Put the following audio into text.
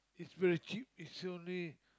is very cheap is only